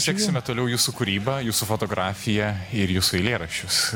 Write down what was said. sieksime toliau jūsų kūrybą jūsų fotografiją ir jūsų eilėraščius